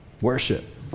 worship